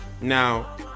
now